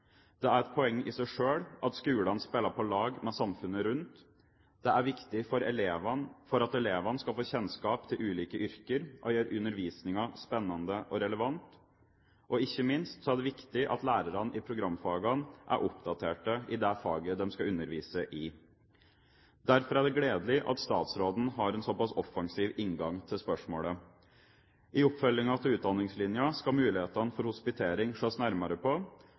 Det er et poeng i seg selv at skolene spiller på lag med samfunnet rundt. Det er viktig for at elevene skal få kjennskap til ulike yrker og for å gjøre undervisningen spennende og relevant, og ikke minst er det viktig at lærerne i programfagene er oppdaterte i det faget de skal undervise i. Derfor er det gledelig at statsråden har en såpass offensiv inngang til spørsmålet. I oppfølgingen av Utdanningslinja skal mulighetene for hospitering ses nærmere på.